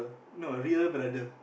no real brother